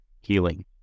healing